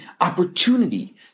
opportunity